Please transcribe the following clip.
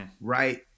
Right